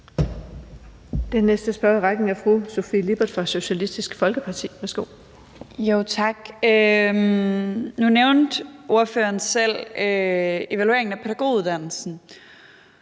Den næste spørger i rækken er fru Sofie Lippert fra Socialistisk Folkeparti. Værsgo. Kl. 17:16 Sofie Lippert (SF): Tak. Nu nævnte ordføreren selv evalueringen af pædagoguddannelsen,